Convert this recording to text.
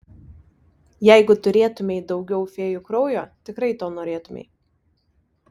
jeigu turėtumei daugiau fėjų kraujo tikrai to norėtumei